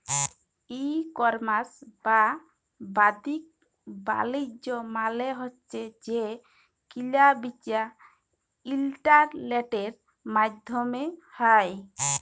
ই commerce বা বাদ্দিক বালিজ্য মালে হছে যে কিলা বিচা ইলটারলেটের মাইধ্যমে হ্যয়